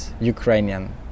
Ukrainian